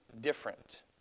different